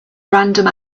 random